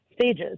stages